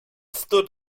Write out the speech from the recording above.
stood